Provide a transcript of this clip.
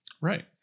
Right